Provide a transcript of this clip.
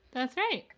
that's right.